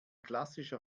klassischer